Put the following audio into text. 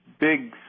big